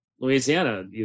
Louisiana